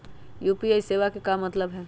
UPI सेवा के का मतलब है?